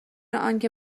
آنکه